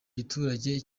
giturage